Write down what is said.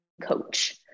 coach